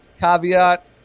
caveat